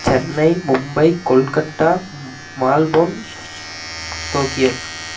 Chennai Mumbai Kolkata Melbourne Tokyo